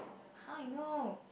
how I know